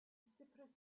cypress